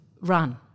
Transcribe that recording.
run